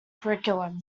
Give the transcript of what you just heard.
curriculum